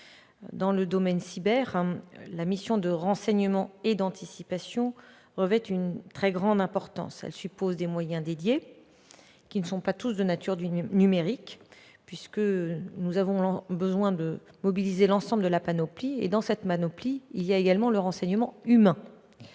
Dans le domaine cyber, la mission de renseignement et d'investigation revêt une très grande importance. Elle suppose des moyens dédiés, qui ne sont pas tous de nature numérique. Nous avons en effet besoin de mobiliser l'ensemble de la panoplie, laquelle comprend également le renseignement humain.